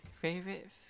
Favorite